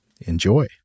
Enjoy